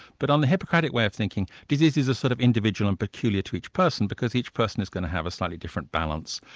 but on the hippocratic way of thinking, diseases are sort of individual and peculiar to each person, because each person is going to have a slightly different balance.